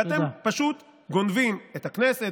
ואתם פשוט גונבים את הכנסת,